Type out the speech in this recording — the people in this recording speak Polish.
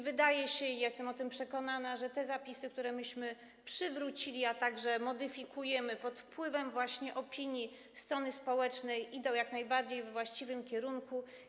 Wydaje się, i jestem o tym przekonana, że te zapisy, które myśmy przywrócili, a także modyfikujemy pod wpływem właśnie opinii strony społecznej, idą jak najbardziej we właściwym kierunku.